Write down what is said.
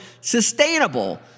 sustainable